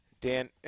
Dan